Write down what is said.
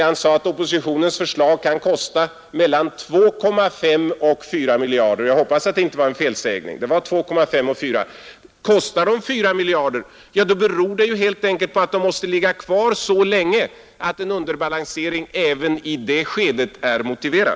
Han sade att oppositionens förslag kan kosta mellan 2,5 och 4 miljarder; jag hoppas att det inte var en felsägning. Kostar det 4 miljarder, då beror det helt enkelt på att åtgärderna måste ligga kvar så länge att underbalansering Nr 118 även i det skedet är motiverad.